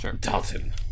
Dalton